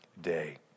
day